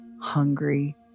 hungry